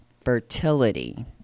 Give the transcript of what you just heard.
fertility